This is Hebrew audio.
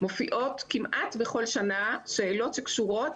מופיעות כמעט בכל שנה שאלות שקשורות